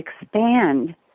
expand